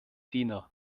diener